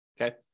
okay